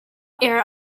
air